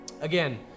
Again